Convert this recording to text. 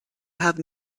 have